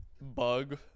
bug